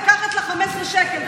לקחת לך 15 שקל,